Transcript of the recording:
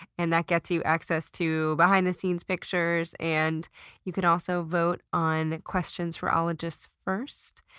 and that gets you access to behind the-scenes pictures and you can also vote on questions for ologists first.